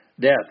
Death